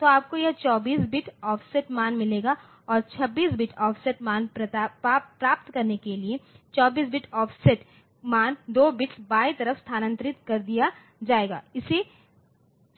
तो आपको यह 24 बिट ऑफ़सेट मान मिलेगा और 26 बिट ऑफ़सेट मान प्राप्त करने के लिए 24 बिट ऑफ़सेट मान 2 बिट्स बाईं तरफ स्थानांतरित कर दिया जाएगा और इसे